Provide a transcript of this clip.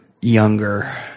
younger